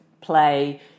play